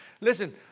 Listen